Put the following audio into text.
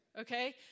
Okay